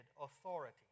authority